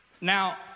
Now